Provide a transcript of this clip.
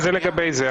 זה לגבי זה.